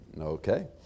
Okay